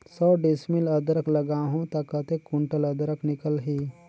सौ डिसमिल अदरक लगाहूं ता कतेक कुंटल अदरक निकल ही?